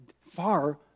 far